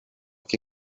che